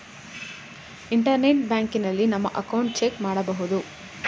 internet ಬ್ಯಾಂಕಿನಲ್ಲಿ ನಮ್ಮ account check ಮಾಡಬಹುದು